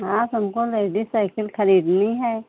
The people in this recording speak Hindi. हाँ तो हमको लेडीस सइकिल खरीदनी है